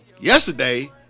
yesterday